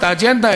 את האג'נדה,